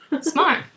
smart